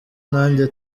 nanjye